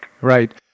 Right